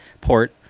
Port